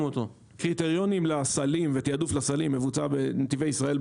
קריטריונים לסלים ותיעדוף לסלים מבוצע בנתיבי ישראל,